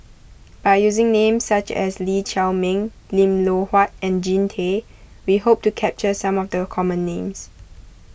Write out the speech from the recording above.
by using names such as Lee Chiaw Meng Lim Loh Huat and Jean Tay we hope to capture some of the common names